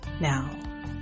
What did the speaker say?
Now